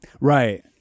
Right